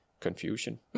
confusion